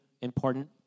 important